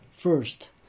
First